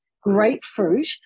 grapefruit